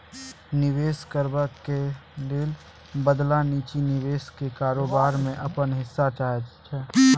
निबेश करबाक बदला निजी निबेशक कारोबार मे अपन हिस्सा चाहै छै